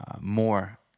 more